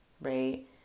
right